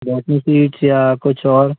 या कुछ और